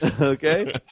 okay